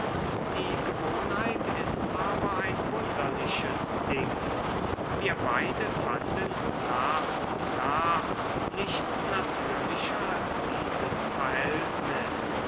die gewohnheit ist aber ein wunderliches ding wir beide fanden nach und nach nichts natürlicher als dieses verhältnis